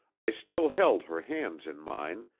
i still held her hands in mine,